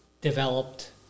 developed